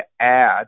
add